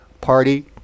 party